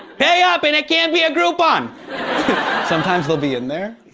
pay up and it can't be a groupon sometimes they'll be in there.